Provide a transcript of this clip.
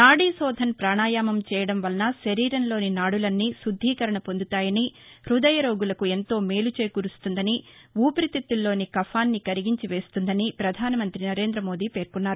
నాడీశోధన్ పాణాయామం చేయడం వలన శరీరంలోని నాడులన్నీ శుద్దీకరణ పొందుతాయని హ్బదయ రోగులకు ఎంతోమేలు చేకూరుస్తుందని ఊపిరి తిత్తుల్లోని కఫాన్ని కరిగించి వేస్తుందని ప్రధాన మంతి నరేంద్రమోదీ పేర్కొన్నారు